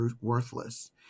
worthless